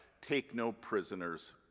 take-no-prisoners